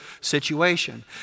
situation